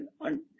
on